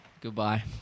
Goodbye